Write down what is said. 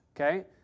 okay